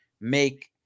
make